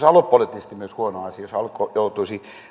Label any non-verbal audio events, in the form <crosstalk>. <unintelligible> aluepoliittisesti myös huono asia jos alko joutuisi